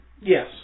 Yes